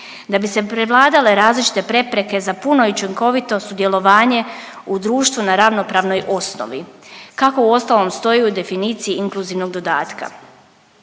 Da bi se prevladale različite prepreke za puno i učinkovito sudjelovanje u društvu na ravnopravnoj osnovi kako uostalom stoji u definiciji inkluzivnog dodatka.